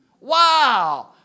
Wow